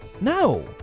No